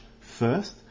first